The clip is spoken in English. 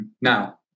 now